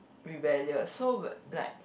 rebellious so like